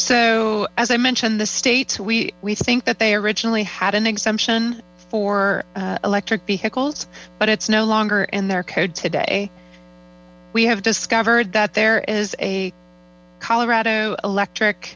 so as i mentioned the states we we think that they originally had an exmption for electric vehicics bubut's s longer in their code today we have discovered that there is a colorado electric